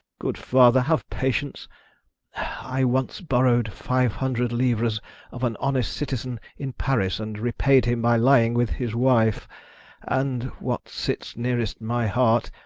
good father, have patience i once borrowed five hundred livres of an honest citizen in paris, and repay'd him by lying with his wife and what sits nearest my heart,